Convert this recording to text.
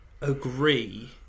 agree